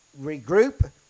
regroup